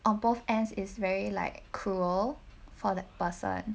on both ends is very like cruel for that person